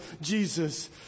Jesus